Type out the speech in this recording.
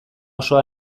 osoa